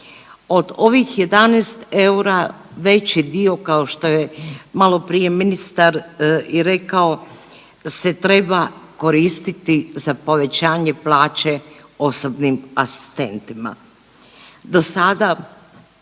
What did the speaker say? Od ovih 11 eura veći dio kao što je maloprije ministar i rekao se treba koristiti za povećanje plaće osobnim asistentima.